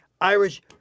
Irish